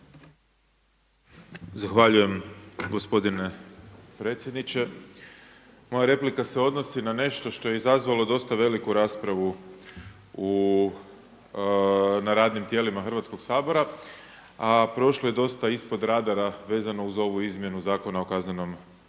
Zahvaljujem gospodine predsjedniče. Moja replika se odnosi na nešto što je izazvalo dosta veliku raspravu na radnim tijelima Hrvatskoga sabora a prošlo je dosta ispod radara vezano uz ovu izmjenu Zakona o kaznenom postupku.